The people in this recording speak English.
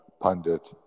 pundit